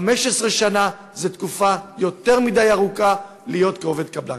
15 שנה הן תקופה יותר מדי ארוכה להיות עובד קבלן.